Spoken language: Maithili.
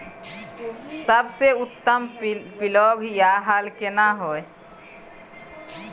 सबसे उत्तम पलौघ या हल केना हय?